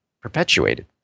perpetuated